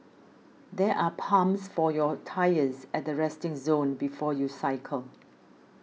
there are pumps for your tyres at the resting zone before you cycle